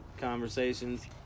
conversations